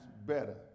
better